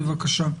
בבקשה.